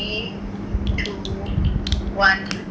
three two one